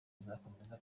izakomeza